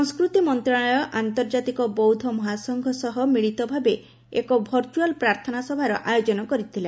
ସଂସ୍କୃତି ମନ୍ତ୍ରଣାଳୟ ଆନ୍ତର୍ଜାତିକ ବୌଦ୍ଧ ମହାସଂଘ ସହ ମିଳିତ ଭାବେ ଏକ ଭର୍ଟୁଆଲ୍ ପ୍ରାର୍ଥନା ସଭାର ଆୟୋଜନ କରିଥିଲା